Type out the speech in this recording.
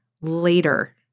later